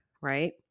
right